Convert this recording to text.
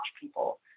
people